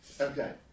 Okay